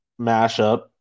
mashup